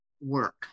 work